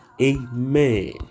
Amen